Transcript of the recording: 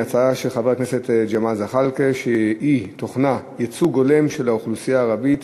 בנושא: ייצוג הולם של האוכלוסייה הערבית